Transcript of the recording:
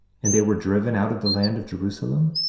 and they were driven out of the land of jerusalem?